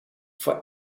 for